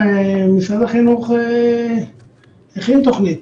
ראשית, משרד החינוך הכין תוכנית